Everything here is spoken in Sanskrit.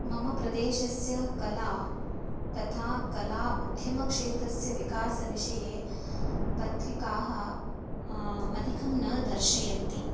मम प्रदेशस्य कला तथा कला उद्यमक्षेत्रस्य विकासविषये पत्रिकाः अधिकाः न दर्शयन्ति